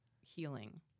healing